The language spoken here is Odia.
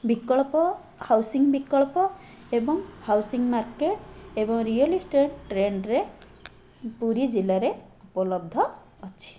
ବିକଳ୍ପ ହାଉସିଙ୍ଗ ବିକଳ୍ପ ଏବଂ ହାଉସିଙ୍ଗ ମାର୍କେଟ ଏବଂ ରିଅଲଇଷ୍ଟେଟ ଟ୍ରେଣ୍ଡରେ ପୁରୀ ଜିଲ୍ଲାରେ ଉପଲବ୍ଧ ଅଛି